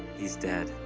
he's dead.